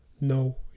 no